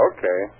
Okay